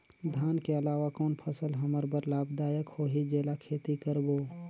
धान के अलावा कौन फसल हमर बर लाभदायक होही जेला खेती करबो?